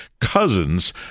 cousin's